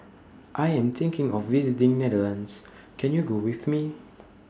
I Am thinking of visiting Netherlands Can YOU Go with Me